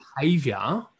behavior